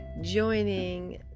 joining